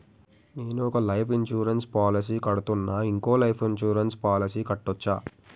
నేను ఒక life insurance policy కడ్తున్నా, ఇంకో లైఫ్ ఇన్సూరెన్స్ పాలసీ కట్టొచ్చా?